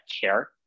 care